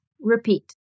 Repeat